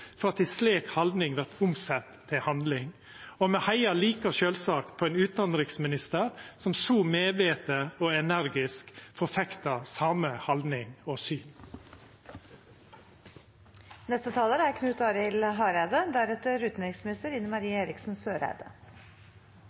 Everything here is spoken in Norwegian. for at ei slik haldning vert omsett til handling. Og me heiar like sjølvsagt på ein utanriksminister som så medvetent og energisk forfektar same haldning og syn. Det er